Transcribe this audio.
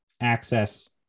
access